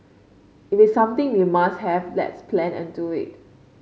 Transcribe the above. if it's something we must have let's plan and do it